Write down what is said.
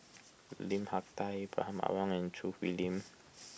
Lim Hak Tai Ibrahim Awang and Choo Hwee Lim